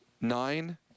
nine